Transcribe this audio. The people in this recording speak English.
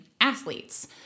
athletes